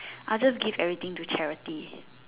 I'll just give everything to charity